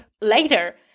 later